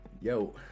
Yo